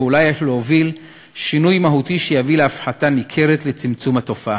ואולי אף להוביל שינוי מהותי שיביא להפחתה ניכרת ולצמצום התופעה.